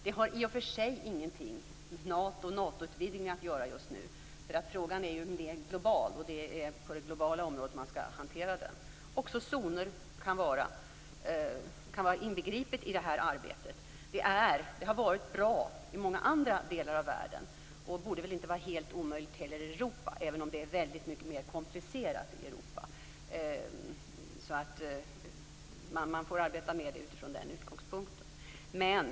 Det har i och för sig ingenting med Nato och Natoutvidgningen att göra just nu. Frågan är mer global, och det är på det globala området man skall hantera den. Zoner kan också vara inbegripna i detta arbete. Det har varit bra i många andra delar av världen och borde inte vara helt omöjligt i Europa, även om det är mycket mer komplicerat i Europa. Man får arbeta med det från den utgångspunkten.